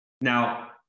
now